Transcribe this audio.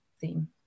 theme